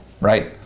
right